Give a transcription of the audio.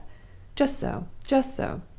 just so! just so!